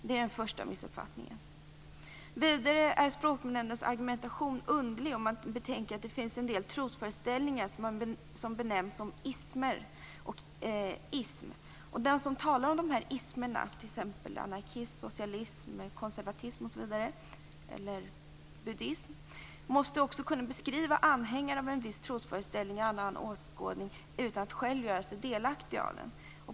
Det är den första missuppfattningen. Vidare är Språknämndens argumentation underlig om man betänker att det finns en del trosföreställningar som benämns som ismer. Den som talar om ismerna, t.ex. anarkism, socialism, konservatism, buddhism osv., måste kunna beskriva anhängare av en viss trosföreställning eller annan åskådning utan att själv göra sig delaktig av den.